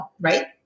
right